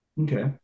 Okay